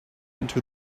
into